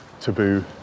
taboo